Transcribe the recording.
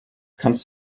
kannst